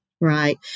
Right